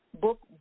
book